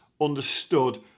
understood